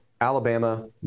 Alabama